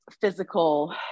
physical